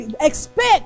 expect